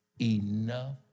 enough